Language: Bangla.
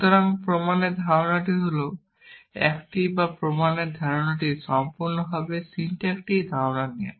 সুতরাং প্রমাণের ধারণা হল একটি বা প্রমাণের ধারণাটি সম্পূর্ণরূপে সিনট্যাকটিক ধারণা নেওয়া